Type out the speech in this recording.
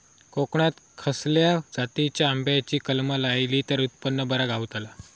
कोकणात खसल्या जातीच्या आंब्याची कलमा लायली तर उत्पन बरा गावताला?